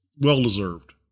well-deserved